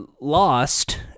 lost